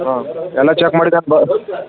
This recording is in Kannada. ಹಾಂ ಎಲ್ಲ ಚೆಕ್ ಮಾಡಿದ್ದೇನೆ ಬಾ